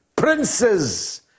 Princes